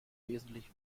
wesentlich